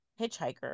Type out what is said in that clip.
hitchhiker